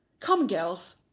come, girls.